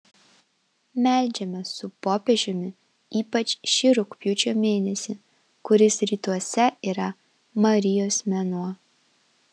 meldžiamės su popiežiumi ypač šį rugpjūčio mėnesį kuris rytuose yra marijos mėnuo